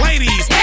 Ladies